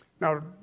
Now